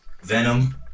venom